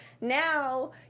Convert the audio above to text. now